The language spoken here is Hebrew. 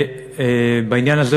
בעניין הזה,